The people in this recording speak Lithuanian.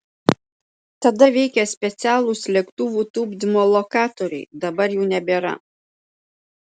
tada veikė specialūs lėktuvų tupdymo lokatoriai dabar jų nebėra